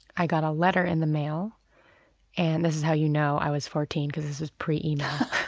i got a letter in the mail and this is how you know i was fourteen because this was pre-email.